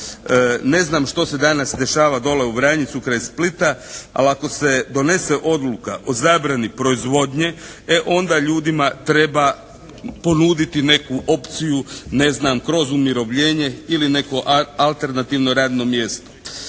Ne znam što se danas dešava dole u Vranjicu kraj Splita, ali ako se donese odluka o zabrani proizvodnje e onda ljudima treba ponuditi neku opciju ne znam kroz umirovljenje ili neko alternativno radno mjesto.